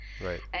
Right